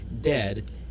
dead